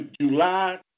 July